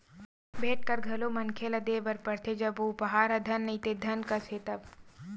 भेंट कर घलो मनखे ल देय बर परथे जब ओ उपहार ह धन नइते धन कस हे तब